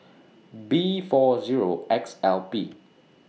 B four Zero X L P